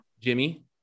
Jimmy